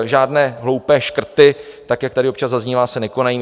Žádné hloupé škrty, jak tady občas zaznívá, se nekonají.